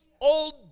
Old